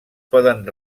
poden